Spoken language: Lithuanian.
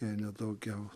jei ne daugiau